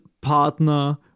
partner